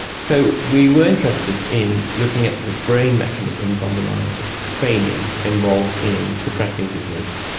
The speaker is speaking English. so we were interested in looking at the brain mechanisms underlying training involved in suppressing dizziness.